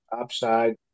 upside